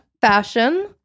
Fashion